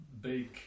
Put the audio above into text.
big